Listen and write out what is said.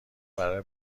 برای